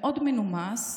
מאוד מנומס,